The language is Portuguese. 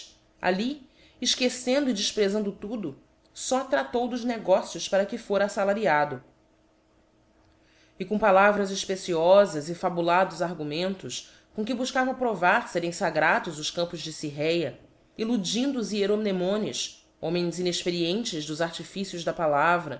ali efquecendo e defprefando tudo fó traílou dos negócios para que fora aííalariado e com palavras efpeciofas e fabulados argumentos com que bufcava provar ferem fagrados os campos de cirrhéa illudindo os hieromnemones homens inexperientes dos artifícios da palavra